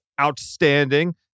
outstanding